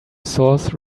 source